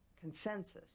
consensus